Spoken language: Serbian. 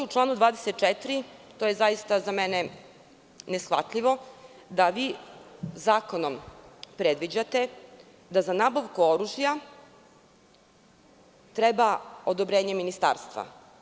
U članu 24, to je za mene neshvatljivo da vi zakonom predviđate da za nabavku oružja treba odobrenje ministarstva.